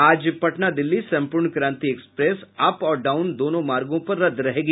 आज Patna Delhi Sampoorna Kranti express up और down दोनों मार्गों पर रद्द रहेगी